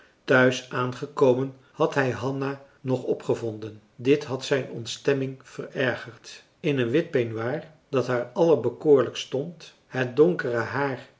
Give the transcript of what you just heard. tehuis aangekomen had hij hanna nog op gevonden dit had zijn ontstemming verergerd in een wit peignoir dat haar allerbekoorlijkst stond het donkere haar